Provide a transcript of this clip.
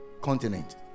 continent